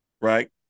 right